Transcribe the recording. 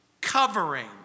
covering